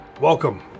Welcome